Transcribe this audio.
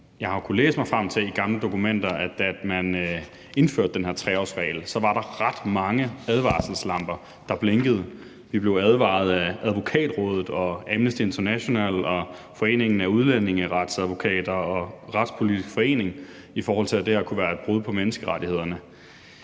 jeg har kunnet læse mig frem til i gamle dokumenter, at da man indførte den her 3-årsregel, var der ret mange advarselslamper, der blinkede. Vi blev advaret af Advokatrådet, Amnesty International, Foreningen af Udlændingeretsadvokater og Retspolitisk Forening om, at det her kunne være et brud på menneskerettighederne.